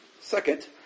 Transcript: Second